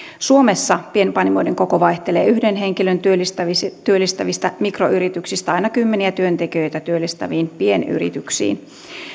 suomessa pienpanimoiden koko vaihtelee yhden henkilön työllistävistä työllistävistä mikroyrityksistä aina kymmeniä työntekijöitä työllistäviin pienyrityksiin